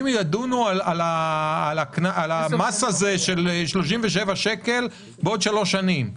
ידונו על המס הזה של 37 שקל בעוד שלוש שנים.